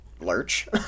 Lurch